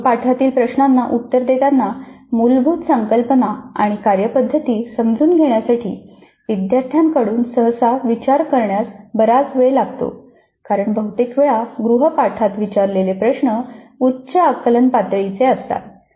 गृहपाठातील प्रश्नांना उत्तर देताना मूलभूत संकल्पना आणि कार्यपद्धती समजून घेण्यासाठी विद्यार्थ्यांकडून सहसा विचार करण्यास बराच वेळ लागतो कारण बहुतेक वेळा गृहपाठात विचारलेले प्रश्न उच्च आकलन पातळीचे असतात